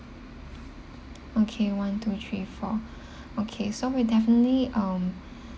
okay one two three four okay so we definitely um